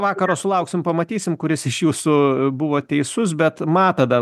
vakaro sulauksim pamatysim kuris iš jūsų buvo teisus bet matą da